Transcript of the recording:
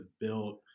built